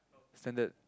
standard